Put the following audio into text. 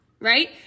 right